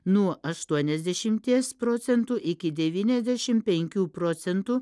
nuo aštuoniasdešimties procentų iki devyniasdešim penkių procentų